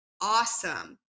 awesome